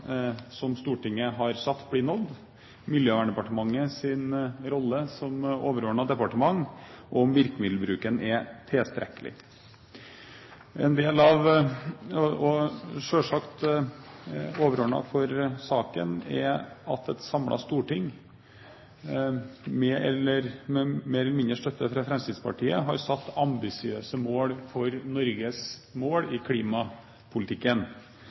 som hovedproblemstilling: om målene som Stortinget har satt, blir nådd, Miljødepartementets rolle som overordnet departement og om virkemiddelbruken er tilstrekkelig. Det er selvsagt overordnet for saken at et samlet storting, med mer eller mindre støtte fra Fremskrittspartiet, har satt ambisiøse mål for Norge i klimapolitikken.